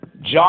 John